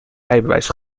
rijbewijs